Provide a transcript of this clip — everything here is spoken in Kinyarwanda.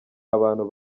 abantu